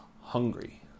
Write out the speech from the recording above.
hungry